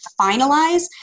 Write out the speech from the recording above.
finalize